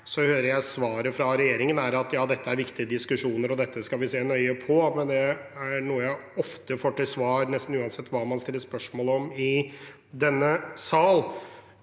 Så hører jeg at svaret fra regjeringen er at dette er viktige diskusjoner, og at dette skal den se nøye på, men det er noe jeg ofte får til svar, nesten uansett hva man stiller spørsmål om i denne sal.